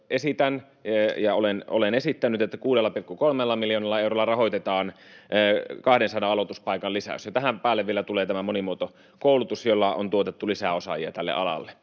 ja nyt olen esittänyt, että 6,3 miljoonalla eurolla rahoitetaan 200 aloituspaikan lisäys. Tähän päälle vielä tulee tämä monimuotokoulutus, jolla on tuotettu lisää osaajia tälle alalle.